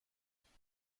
همینو